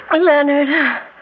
Leonard